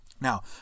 now